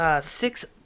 six